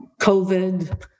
COVID